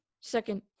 Second